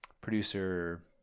producer